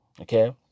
Okay